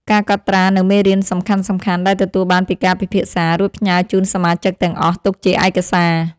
ការកត់ត្រានូវមេរៀនសំខាន់ៗដែលទទួលបានពីការពិភាក្សា រួចផ្ញើជូនសមាជិកទាំងអស់ទុកជាឯកសារ។